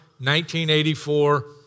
1984